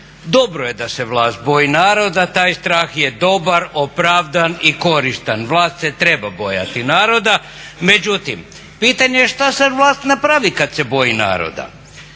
Dobro je da se vlast boji naroda. Taj strah je dobar, opravdan i koristan. Vlast se treba bojati naroda. Međutim, pitanje je šta sad vlast napravi kad se boji naroda?